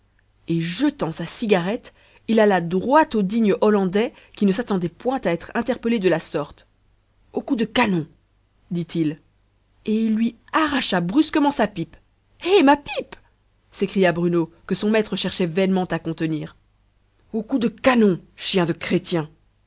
et jetant sa cigarette il alla droit au digne hollandais qui ne s'attendait point à être interpellé de la sorte au coup de canon dit-il et il lui arracha brusquement sa pipe eh ma pipe s'écria bruno que son maître cherchait vainement à contenir au coup de canon chien de chrétien